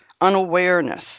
unawareness